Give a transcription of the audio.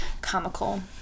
comical